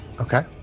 Okay